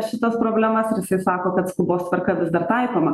šitas problemas ir jisai sako kad skubos tvarka vis dar taikoma